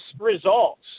results